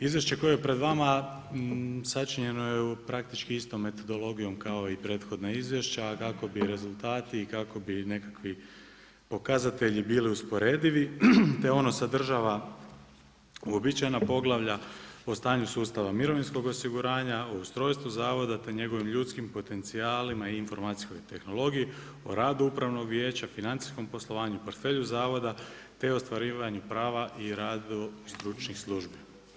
Izvješće koje je pred vama, sačinjeno je u praktički istom metodologijom kao i prethodna izvješća, a kako bi rezultati i kako bi nekakvi pokazatelji bili usporedivi, te ono sadržava uobičajena poglavalja o stanju sustava mirovinskog osiguranja, o ustrojstvu zavoda, te njegovim ljudskim potencijalima i informacijskoj tehnologiji, o radu upravnom vijeća, financijskom poslovanju, portfelju zavoda, te ostvarivanju prava i radu stručnih službi.